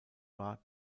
war